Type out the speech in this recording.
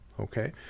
Okay